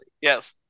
Yes